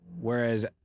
Whereas